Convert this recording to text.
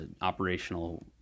operational